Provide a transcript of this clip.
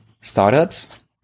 startups